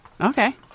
Okay